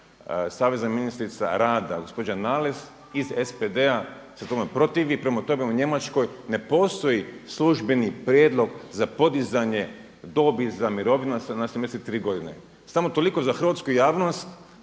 savezna ministrica rada gospođa Nalez iz SPD-a se tome protivi. Prema tome, u Njemačkoj ne postoji službeni prijedlog za podizanje dobi za mirovinu na 73 godine. Samo toliko za hrvatsku javnost